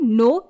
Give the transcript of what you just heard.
no